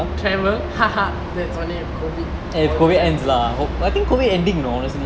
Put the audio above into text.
travel ha ha that's funny COVID